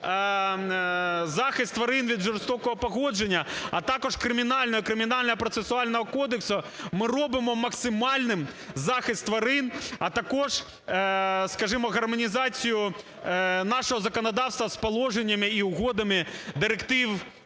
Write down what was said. захист тварин від жорстокого поводження, а також Кримінального і Кримінально-процесуального кодексу, ми робимо максимальним захист тварин. А також, скажімо, гармонізацію нашого законодавства з положеннями і угодами директив